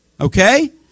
Okay